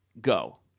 Go